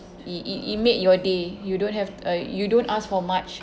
it it it made your day you don't have t~ uh you don't ask for much